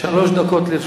שלוש דקות לרשותך.